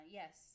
yes